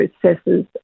processes